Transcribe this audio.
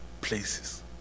places